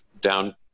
down